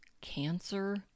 cancer